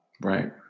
right